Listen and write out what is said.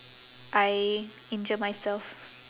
I injure myself